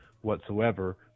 Whatsoever